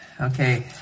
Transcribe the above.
Okay